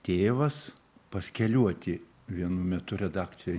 tėvas pas keliuotį vienu metu redakcijoj